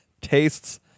tastes